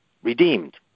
redeemed